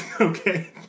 Okay